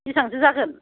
बेसेबांथो जागोन